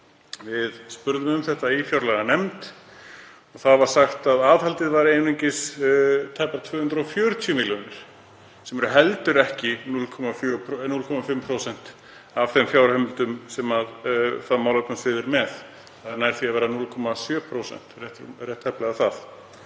Við spurðum um þetta í fjárlaganefnd. Þar var sagt að aðhaldið væri einungis tæpar 240 milljónir sem eru heldur ekki 0,5% af þeim fjárheimildum sem það málefnasvið er með. Það er nær því að vera 0,7%, rétt tæplega það,